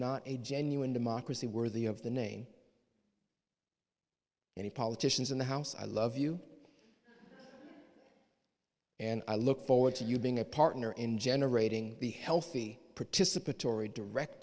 not a genuine democracy worthy of the name any politicians in the house i love you and i look forward to you being a partner in generating the healthy participatory direct